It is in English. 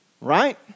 Right